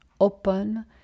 Open